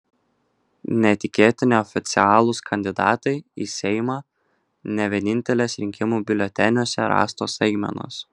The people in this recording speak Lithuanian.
netikėti neoficialūs kandidatai į seimą ne vienintelės rinkimų biuleteniuose rastos staigmenos